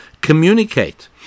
communicate